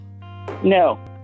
No